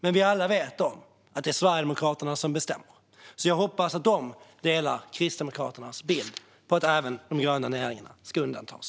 Men vi vet alla att det är Sverigedemokraterna som bestämmer, så jag hoppas att de delar Kristdemokraternas bild att även de gröna näringarna ska undantas.